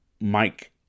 Mike